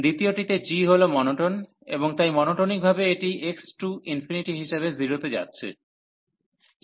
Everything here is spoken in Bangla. দ্বিতীয়টিতে g হল মোনোটোন এবং তাই মোনোটোনিকভাবে এটি x→∞ হিসাবে 0 তে যাচ্ছে